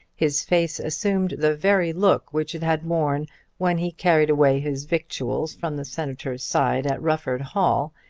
his face assumed the very look which it had worn when he carried away his victuals from the senator's side at rufford hall,